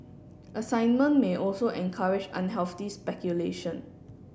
assignment may also encourage unhealthy speculation